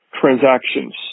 transactions